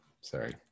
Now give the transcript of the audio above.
sorry